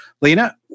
Lena